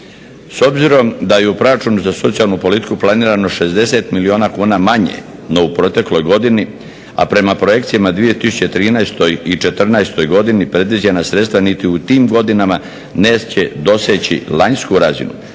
S obzirom da je u proračunu za socijalnu politiku planirano 60 milijuna kuna manje no u protekloj godini, a prema projekcijama 2013. i 2014. godini predviđena sredstva niti u tim godinama neće doseći lanjsku razinu.